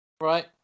Right